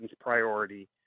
priority